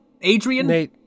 Adrian